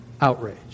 outrage